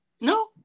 no